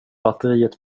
batteriet